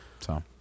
So-